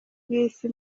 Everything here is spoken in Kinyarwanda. bw’isi